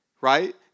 Right